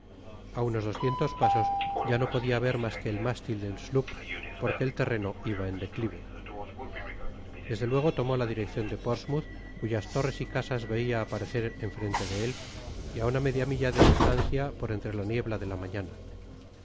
a unos doscientos pasos ya no podia ver mas que el mástil del sloop porque el terreno iba en declive desde luego tomó la direccion de portsmouth cuyas torres y casas veia aparecer en frente de él y á una media milla de distancia por entre la niebla de la mañana